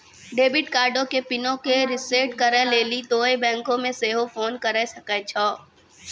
debit कार्डो के पिनो के रिसेट करै लेली तोंय बैंको मे सेहो फोन करे सकै छो